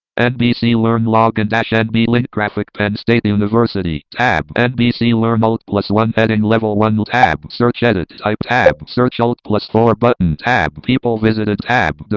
nbc learn login dash nb link graphic penn state university. tab. nbc learn alt plus one heading level one. tab. search. edit. type tab. search. alt plus four button. tab. people visited tab.